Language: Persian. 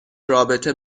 رابطه